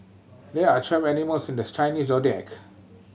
there are twelve animals in this Chinese Zodiac